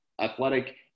athletic